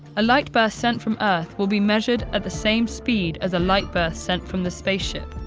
a light burst sent from earth will be measured at the same speed as a light burst sent from the spaceship,